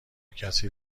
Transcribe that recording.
کسی